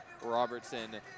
Robertson